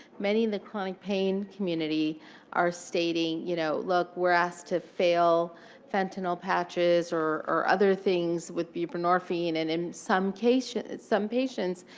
many in the chronic pain community are stating, you know look, we're asked to fail fentanyl patches or or other things with buprenorphine. and in some some patients,